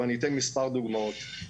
ואני אתן מספר דוגמאות.